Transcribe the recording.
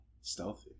Stealthy